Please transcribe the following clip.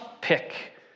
pick